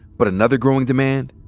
but another growing demand?